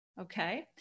Okay